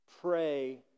pray